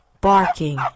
barking